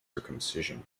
circumcision